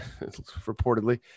reportedly